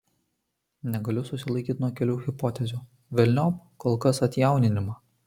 negaliu susilaikyti nuo kelių hipotezių velniop kol kas atjauninimą